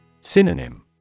Synonym